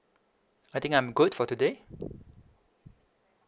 I think I'm good for today